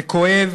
זה כואב